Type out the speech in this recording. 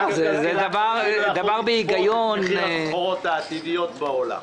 אף כלכלן לא יכול לחזות את מחיר הסחורות העתידיות בעולם.